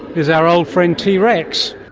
is our old friend t rex,